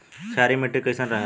क्षारीय मिट्टी कईसन रहेला?